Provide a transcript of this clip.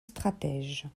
stratège